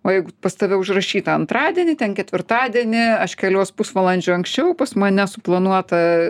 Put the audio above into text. o jeigu pas tave užrašyta antradienį ten ketvirtadienį aš keliuos pusvalandžiu anksčiau pas mane suplanuota